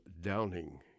Downing